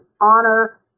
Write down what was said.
honor